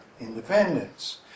independence